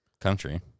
country